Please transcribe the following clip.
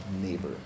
neighbor